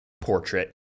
portrait